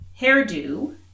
Hairdo